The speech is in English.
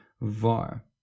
VAR